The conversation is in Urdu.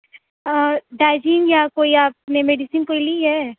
اور ڈائجین یا کوئی آپ نے میڈیسین کوئی لی ہے